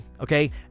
Okay